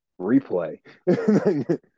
replay